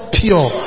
pure